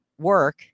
work